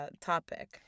topic